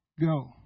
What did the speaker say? go